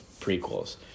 prequels